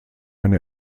eine